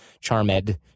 CHARMED